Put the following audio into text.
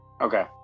okay